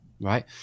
Right